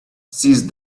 seized